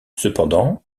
cependant